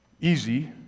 easy